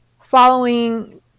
following